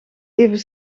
even